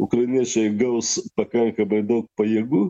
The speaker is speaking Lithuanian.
ukrainiečiai gaus pakankamai daug pajėgų